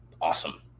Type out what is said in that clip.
awesome